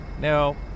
No